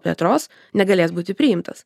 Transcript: plėtros negalės būti priimtas